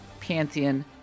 Pantheon